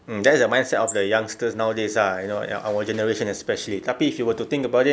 mm that's the mindset of the youngsters nowadays ah you know our generations especially tapi if you were to think about it